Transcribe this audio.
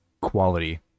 quality